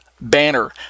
banner